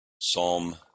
Psalm